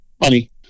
Money